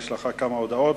יש לך כמה הודעות.